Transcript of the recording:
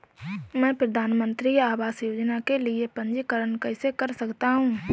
मैं प्रधानमंत्री आवास योजना के लिए पंजीकरण कैसे कर सकता हूं?